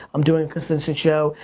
i'm doing a consistent show.